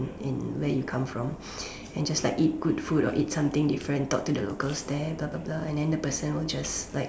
in where you come from and just like eat good food or eat something different talk to the locals there blah blah blah and then the person will just like